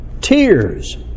tears